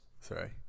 Sorry